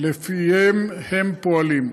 שלפיהם הם פועלים.